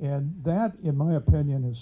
and that in my opinion is